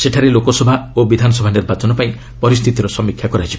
ସେଠାରେ ଲୋକସଭା ଓ ବିଧାନସଭା ନିର୍ବାଚନ ପାଇଁ ପରିସ୍ଥିତିର ସମୀକ୍ଷା କରାଯିବ